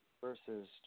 versus